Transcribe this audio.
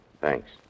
Thanks